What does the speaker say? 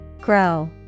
Grow